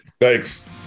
thanks